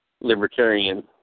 libertarian